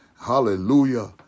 Hallelujah